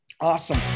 Awesome